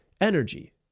energy